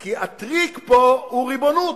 כי הטריק פה הוא ריבונות.